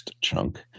chunk